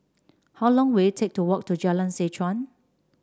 how long will it take to walk to Jalan Seh Chuan